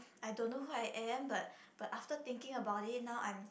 I don't know who I am but but after thinking about it now I'm